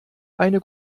eine